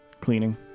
Cleaning